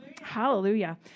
hallelujah